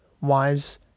wives